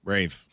Brave